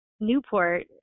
Newport